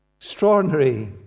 Extraordinary